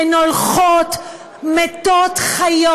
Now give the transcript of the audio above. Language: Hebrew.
הן הולכות מתות-חיות.